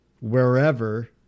wherever